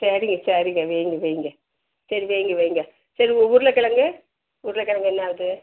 சரிங்க சரிங்க வைங்க வைங்க சரி வைங்க வைங்க சரி உருளைக் கெழங்கு உருளைக் கெழங்கு என்ன ஆகுது